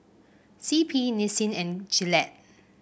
C P Nissin and Gillette